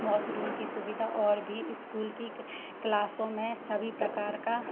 washroom की सुविधा और भी इस्कूल की क्लासों में सभी प्रकार का